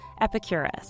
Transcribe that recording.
Epicurus